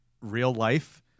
real-life